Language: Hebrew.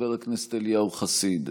חבר הכנסת אליהו חסיד,